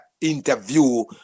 interview